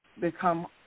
become